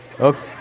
Okay